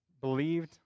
believed